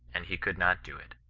and he could not do it.